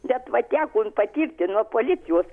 bet va teko patirti nuo policijos